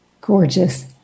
Gorgeous